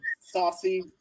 saucy